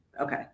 Okay